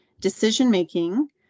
decision-making